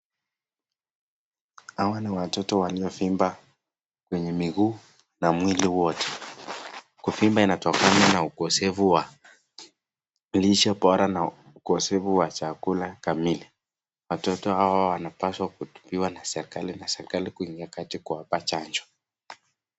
Hawa ni watoto walovimba kwenye miguu na mwili wote, inatokana na ukosefu wa lishe bora na ukosefu wa chakula kamili, watoto hawa wanapaswa kutibiwa na serikali na kuwapa chanjo.